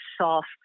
soft